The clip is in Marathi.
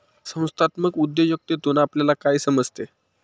संस्थात्मक उद्योजकतेतून आपल्याला काय समजते?